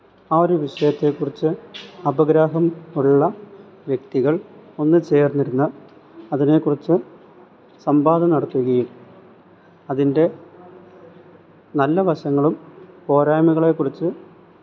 ആ ഒരു വിഷയത്തെക്കുറിച്ച് അപഗ്രാഹം ഉള്ള വ്യക്തികള് ഒന്ന് ചേര്ന്നിരുന്നാല് അതിനെക്കുറിച്ച് സംവാദം നടത്തുകയും അതിന്റെ നല്ല വശങ്ങളും പോരായ്മകളെക്കുറിച്ച്